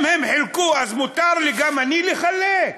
אם הם חילקו אז מותר גם לי לחלק?